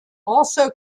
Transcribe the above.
also